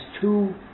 two